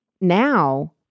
Now